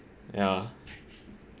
ya